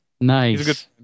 Nice